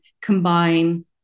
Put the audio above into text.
combine